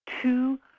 two